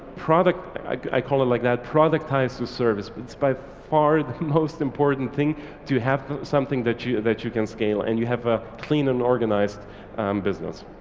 product, i call it like that product ties to service, but it's by far the most important thing to have something that you that you can scale, and you have a clean and organised business.